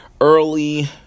early